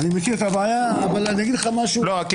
עובד.